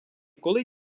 коли